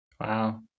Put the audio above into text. Wow